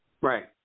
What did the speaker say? Right